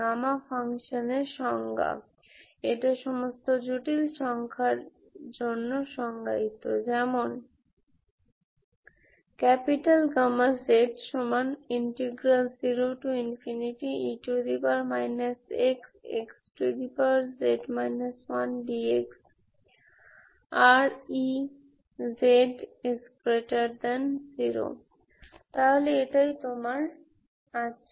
gamma ফাংশানের সংজ্ঞা এটা সমস্ত জটিল সংখ্যার জন্য সংজ্ঞায়িত যেমন z0e x xz 1dx Rez0 সুতরাং এটাই তোমার আছে